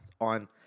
on